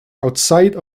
outside